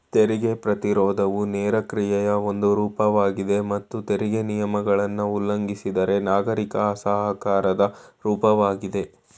ತೆರಿಗೆ ಪ್ರತಿರೋಧವು ನೇರ ಕ್ರಿಯೆಯ ಒಂದು ರೂಪವಾಗಿದೆ ಮತ್ತು ತೆರಿಗೆ ನಿಯಮಗಳನ್ನ ಉಲ್ಲಂಘಿಸಿದ್ರೆ ನಾಗರಿಕ ಅಸಹಕಾರದ ರೂಪವಾಗಿದೆ